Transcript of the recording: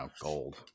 gold